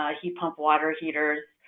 ah heat pump water heaters.